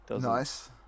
Nice